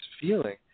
feeling